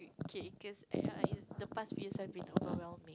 K cause the past reasons been overwhelming